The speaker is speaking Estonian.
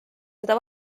seda